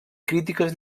crítiques